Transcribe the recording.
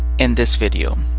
in this video,